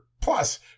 plus